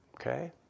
Okay